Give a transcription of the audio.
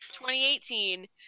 2018